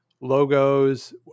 Logos